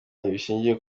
bishingiye